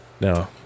No